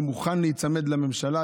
אני מוכן להיצמד לממשלה.